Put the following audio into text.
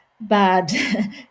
bad